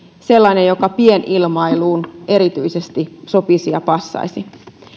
sellainen joka pienilmailuun erityisesti sopisi ja passaisi